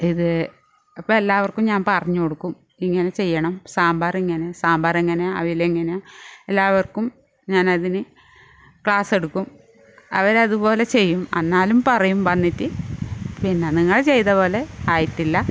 ഇത് അപ്പം എല്ലാവർക്കും ഞാൻ പറഞ്ഞ് കൊടുക്കും ഇങ്ങനെ ചെയ്യണം സാമ്പാർ ഇങ്ങനെ സാമ്പാർ ഇങ്ങനെ അവിയൽ ഇങ്ങനെ എല്ലാവർക്കും ഞാൻ അതിന് ക്ലാസ്സെടുക്കും അവരതുപോലെ ചെയ്യും എന്നാലും പറയും വന്നിട്ട് പിന്നെ നിങ്ങൾ ചെയ്തത് പോലെ ആയിട്ടില്ല